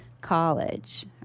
college